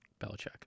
Belichick